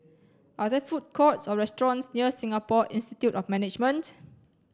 are they food courts or restaurants near Singapore Institute of Management